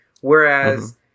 Whereas